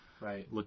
Right